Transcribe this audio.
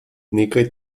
nekaj